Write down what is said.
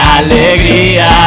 alegría